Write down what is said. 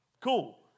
Cool